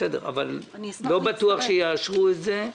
לא בטוח שיאשרו את זה.